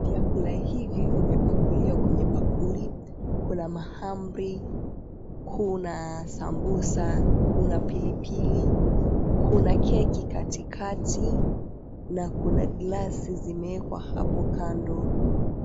Vyakula hivi vimepakuliwa kwenye bakuli, kuna mahamri, kuna sambusa, kuna pilipili, kuna keki katikati na kuna glasi zimeekwa hapo kando.